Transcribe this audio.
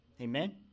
Amen